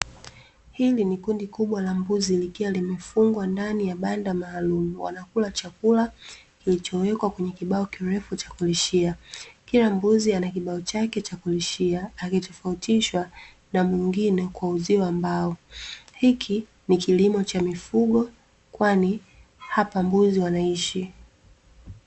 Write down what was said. Hili ni kundi kubwa la mbuzi likiwa limefungwa ndani ya banda maalumu wanakula chakula kilichowekwa kwenye kibao kirefu cha kulishia. Kila mbuzi anakibao chake cha kulishia akitofautishwa na mwingine kwa uzio wa mbao. Hiki ni kilimo cha mifugo kwani hapa mbuzi wanaishi.